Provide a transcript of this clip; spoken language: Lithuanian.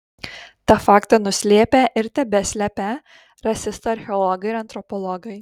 tą faktą nuslėpę ir tebeslepią rasistai archeologai ir antropologai